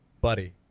Buddy